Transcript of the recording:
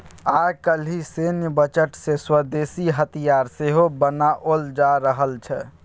आय काल्हि सैन्य बजट सँ स्वदेशी हथियार सेहो बनाओल जा रहल छै